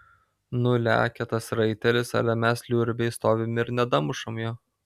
nu lekia tas raitelis ale mes liurbiai stovim ir nedamušam jo